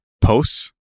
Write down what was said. posts